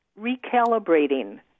recalibrating